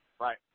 Right